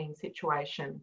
situation